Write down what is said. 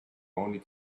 only